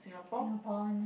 Singapore one